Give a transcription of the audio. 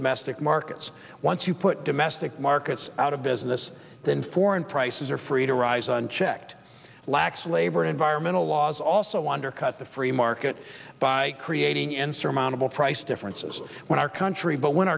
domestic markets once you put domestic markets out of business then foreign prices are free to rise unchecked lax labor environmental laws also undercut the free market by creating insurmountable price differences when our country but when